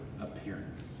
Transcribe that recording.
appearance